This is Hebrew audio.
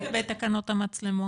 מה עם תקנות המצלמות?